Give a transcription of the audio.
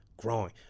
Growing